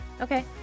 okay